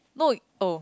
no oh